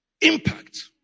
Impact